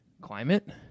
climate